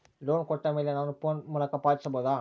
Loan ಕೊಟ್ಟ ಮೇಲೆ ನಾನು ಫೋನ್ ಮೂಲಕ ಪಾವತಿಸಬಹುದಾ?